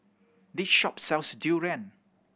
this shop sells durian